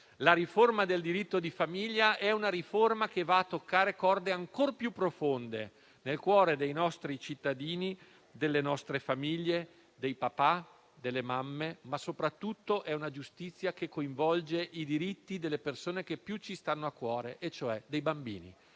quella del diritto di famiglia è una riforma che va a toccare corde ancor più profonde nel cuore dei nostri cittadini, delle nostre famiglie, dei papà, delle mamme, ma soprattutto è una giustizia che coinvolge i diritti delle persone che più ci stanno a cuore, e cioè dei bambini,